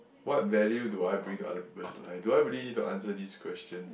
what value do I bring to other people's life do I really need to answer this question